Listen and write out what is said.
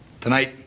Tonight